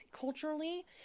culturally